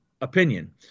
opinion